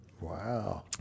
wow